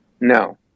no